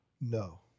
no